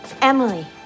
Emily